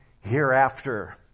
hereafter